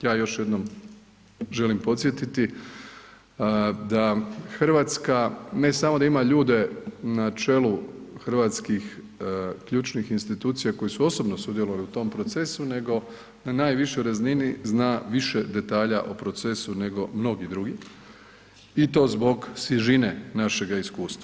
Ja još jednom želim podsjetiti da Hrvatska ne samo da ima ljude načelu hrvatskih ključnih institucija koje su osobno sudjelovale u tom procesu nego na najvišoj razini zna više detalja o procesu nego mnogi drugi i to zbog svježine našega iskustva.